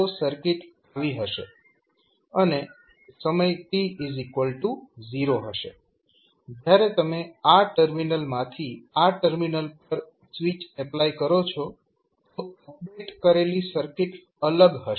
તો સર્કિટ આવી હશે અને સમય t0 હશે જ્યારે તમે આ ટર્મિનલમાંથી આ ટર્મિનલ પર સ્વીચ એપ્લાય કરો છો તો અપડેટ કરેલી સર્કિટ અલગ હશે